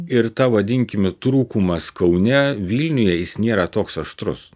ir ta vadinkim trūkumas kaune vilniuje jis nėra toks aštrus